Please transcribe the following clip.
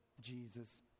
jesus